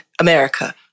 America